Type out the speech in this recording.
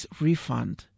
refund